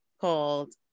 called